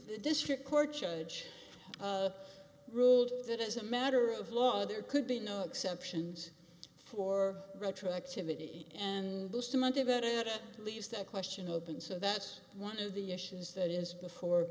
district court judge ruled that as a matter of law there could be no exceptions for retroactivity and bustamante got it at least that question open so that's one of the issues that is before